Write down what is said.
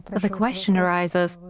the question arises,